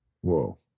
Whoa